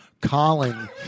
Colin